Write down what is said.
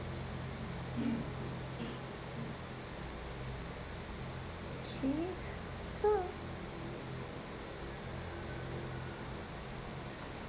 K so